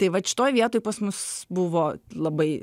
tai vat šitoj vietoj pas mus buvo labai